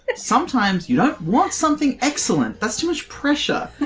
but sometimes you don't want something excellent, that's too much pressure.